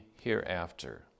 hereafter